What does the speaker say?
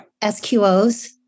SQOs